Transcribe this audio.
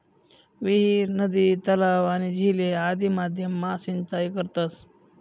विहीर, नदी, तलाव, आणि झीले आदि माध्यम मा सिंचाई करतस